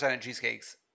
cheesecakes